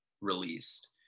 released